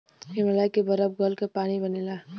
हिमालय के बरफ गल क पानी बनेला